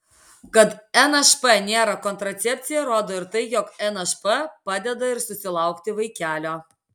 kad nšp nėra kontracepcija rodo ir tai jog nšp padeda ir susilaukti vaikelio